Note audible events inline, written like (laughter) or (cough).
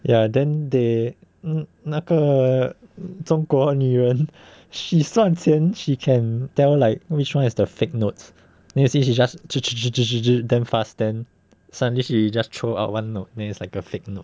ya then they 那个中国女人 she 算钱 she can tell like which one is the fake notes then you see she just (noise) damn fast then suddenly she just throw out one note then it's like a fake note